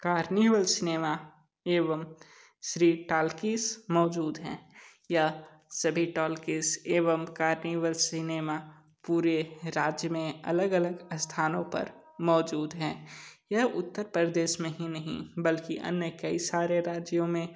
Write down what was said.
carnival cinema एवं Shri talkies मौजूद हैं यह सभी टाल्किज़ एवं कार्निवल सिनेमा पूरे राज्य में अलग अलग स्थानों पर मौजूद हैं यह उत्तर प्रदेश में हीं नहीं बल्कि अन्य कई सारे राज्यों में